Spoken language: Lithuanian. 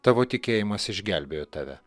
tavo tikėjimas išgelbėjo tave